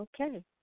okay